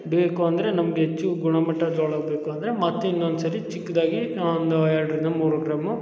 ಬೇಕು ಅಂದರೆ ನಮ್ಗೆ ಹೆಚ್ಚು ಗುಣಮಟ್ಟ ಜೋಳ ಬೇಕು ಅಂದರೆ ಮತ್ತೆ ಇನ್ನೊಂದು ಸಾರಿ ಚಿಕ್ಕದಾಗಿ ಒಂದು ಎರಡರಿಂದ ಮೂರು ಗ್ರಾಮು